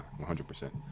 100